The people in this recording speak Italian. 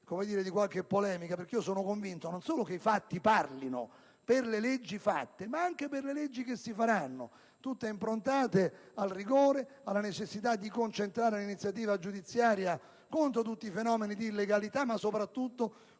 cogliere aspetti polemici. Sono convinto non solo che i fatti parlino per le leggi fatte, ma anche per quelle che si faranno, tutte improntate al rigore, alla necessità di concentrare l'iniziativa giudiziaria contro tutti i fenomeni di illegalità, ma soprattutto contro